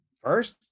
First